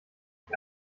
ich